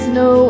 no